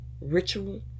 ritual